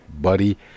buddy